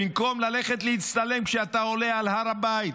במקום ללכת להצטלם כשאתה עולה על הר הבית,